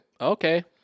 Okay